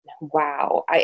Wow